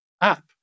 app